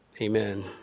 Amen